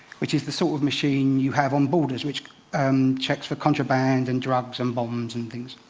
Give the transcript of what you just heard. which is the sort of machine you have on borders, which um checks for contraband and drugs and bombs and things.